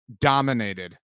dominated